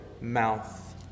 mouth